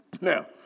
now